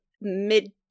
mid